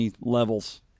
levels